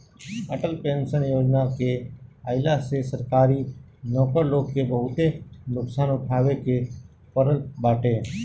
Atal pension Yojana के आईला से सरकारी नौकर लोग के बहुते नुकसान उठावे के पड़ल बाटे